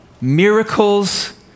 miracles